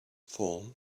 form